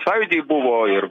sąjūdy buvo ir